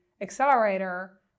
accelerator